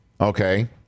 Okay